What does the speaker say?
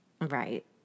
Right